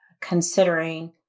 considering